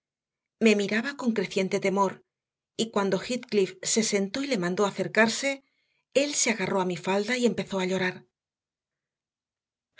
me miraba con creciente temor y cuando heathcliff se sentó y le mandó acercarse él se agarró a mi falda y empezó a llorar